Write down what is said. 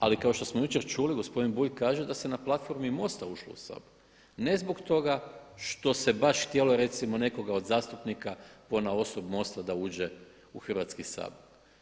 Ali kao što smo jučer čuli gospodin Bulj kaže da se na platformi MOST-a ušlo u Sabor ne zbog toga što se baš htjelo recimo nekoga od zastupnika ponaosob MOST-a da uđe u Hrvatski sabor.